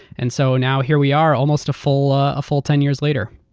and so now here we are almost a full ah full ten years later.